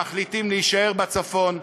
שמחליטים להישאר בצפון,